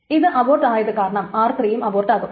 ഇത് അബോർട്ട് ആയതു കാരണം r3 യും അബോർട്ട് ആകും